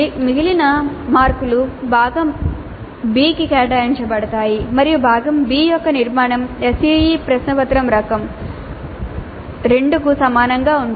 మిగిలిన మార్కులు భాగం B కి కేటాయించబడతాయి మరియు భాగం B యొక్క నిర్మాణం SEE ప్రశ్నపత్రం రకం 2 కు సమానంగా ఉంటుంది